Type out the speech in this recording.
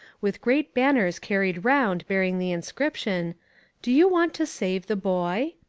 with great banners carried round bearing the inscription do you want to save the boy?